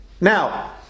Now